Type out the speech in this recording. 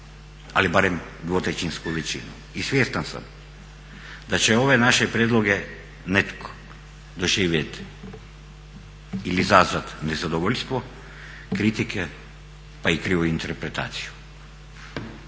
ali barem dvotrećinsku većinu. I svjestan sam da će ove naše prijedloge netko doživjeti ili izazvati nezadovoljstvo, kritike pa i krivu interpretaciju.